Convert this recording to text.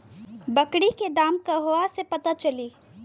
बकरी के दाम कहवा से पता चली?